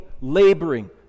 laboring